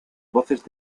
voces